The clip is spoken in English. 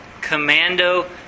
commando